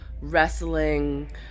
wrestling